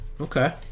okay